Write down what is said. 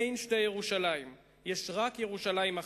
אין שתי ירושלים, יש רק ירושלים אחת.